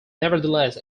nevertheless